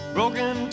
Broken